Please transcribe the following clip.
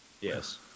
Yes